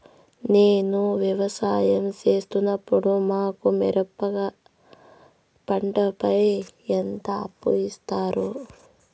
నేను వ్యవసాయం సేస్తున్నాను, మాకు మిరప పంటపై ఎంత అప్పు ఇస్తారు